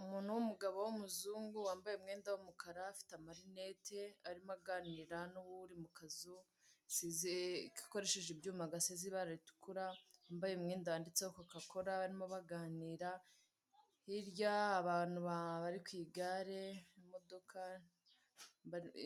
Umuntu w'umugabo w'umuzungu wambaye umwenda w'umukara afite amarinete arimo aganira n'uri mu kazu, akoresheje ibyuma gasize ibara ritukura yambaye umwenda yanditseho kokakora barimo baganira, hirya abantu bari ku igare,